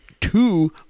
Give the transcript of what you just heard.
two